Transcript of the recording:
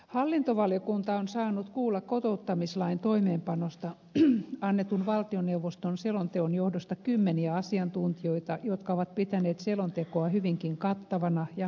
hallintovaliokunta on saanut kuulla kotouttamislain toimeenpanosta annetun valtioneuvoston selonteon johdosta kymmeniä asiantuntijoita jotka ovat pitäneet selontekoa hyvinkin kattavana ja laaja alaisena